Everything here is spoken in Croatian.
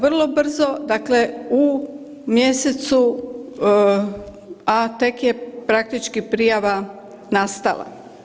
Vrlo brzo, dakle u mjesecu, a tek je praktički prijava nastala.